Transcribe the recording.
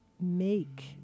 make